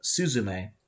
Suzume